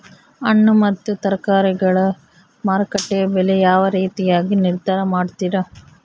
ಹಣ್ಣು ಮತ್ತು ತರಕಾರಿಗಳ ಮಾರುಕಟ್ಟೆಯ ಬೆಲೆ ಯಾವ ರೇತಿಯಾಗಿ ನಿರ್ಧಾರ ಮಾಡ್ತಿರಾ?